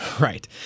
Right